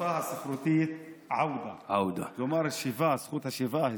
בשפה הספרותית עוודָה, כלומר, שיבה, זכות השיבה.